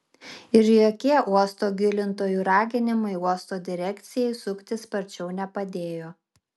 ir jokie uosto gilintojų raginimai uosto direkcijai suktis sparčiau nepadėjo